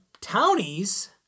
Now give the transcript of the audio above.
townies